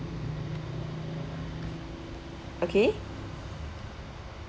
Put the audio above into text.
okay